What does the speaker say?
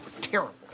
terrible